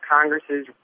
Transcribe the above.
Congress's